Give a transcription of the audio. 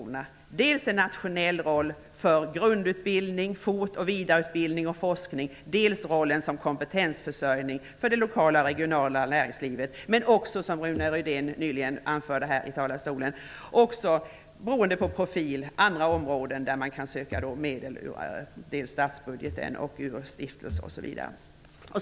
De har dels en nationell roll för grundutbildning, fort och vidareutbildning och forskning, dels rollen som kompetensförsörjning för det lokala och regionala näringslivet. Som Rune Rydén nyligen anförde från talarstolen har de också beroende av profil en roll på andra områden. I det sammanhanget kan man söka medel ur statsbudgeten, ur stiftelser osv.